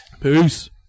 Peace